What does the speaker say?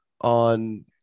on